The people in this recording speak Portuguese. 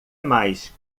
mais